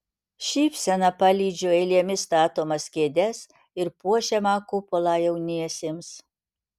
šypsena palydžiu eilėmis statomas kėdes ir puošiamą kupolą jauniesiems